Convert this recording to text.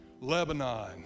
Lebanon